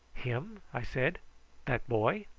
him! i said that boy?